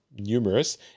numerous